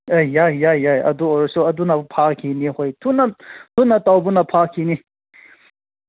ꯑꯦ ꯌꯥꯏ ꯌꯥꯏ ꯌꯥꯏ ꯑꯗꯨ ꯑꯣꯏꯔꯁꯨ ꯑꯗꯨꯅꯕꯨ ꯐꯈꯤꯅꯤ ꯑꯩꯈꯣꯏ ꯊꯨꯅ ꯊꯨꯅ ꯇꯧꯕꯅ ꯐꯈꯤꯅꯤ